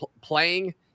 playing